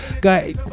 guy